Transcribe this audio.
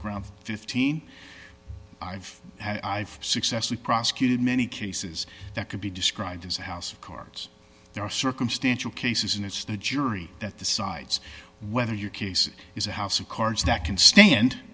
ground fifteen i've had i've successfully prosecuted many cases that could be described as a house of cards there are circumstantial cases and it's the jury that decides whether your case is a house of cards that can stand